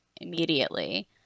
immediately